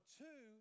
two